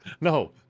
no